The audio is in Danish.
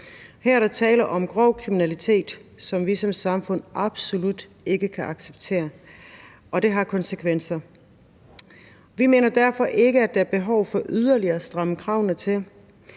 Her er der tale om grov kriminalitet, som vi som samfund absolut ikke kan acceptere, og derfor har det konsekvenser. Vi mener derfor ikke, at der er behov for yderligere at stramme kravene, i